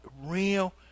real